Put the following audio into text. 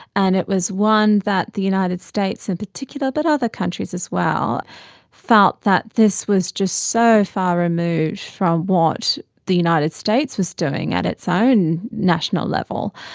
and it was one that the united states in particular but other countries as well felt that this was just so far removed from what the united states was doing at its own national level,